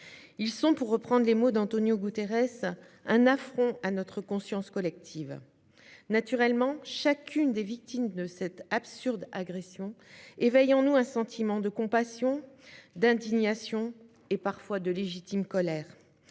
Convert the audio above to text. Il s'agit, pour reprendre les mots d'Antonio Guterres, d'« un affront à notre conscience collective ». Naturellement, toutes les victimes de cette absurde agression éveillent en nous un sentiment de compassion, d'indignation et parfois de légitime colère.